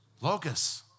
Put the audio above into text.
Locusts